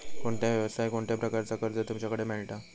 कोणत्या यवसाय कोणत्या प्रकारचा कर्ज तुमच्याकडे मेलता?